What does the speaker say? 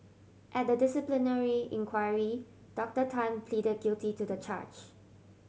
at the disciplinary inquiry Doctor Tan plead guilty to the charge